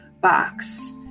box